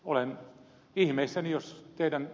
olen ihmeissäni jos teidän